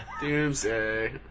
Doomsday